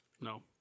No